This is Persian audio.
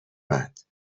بعد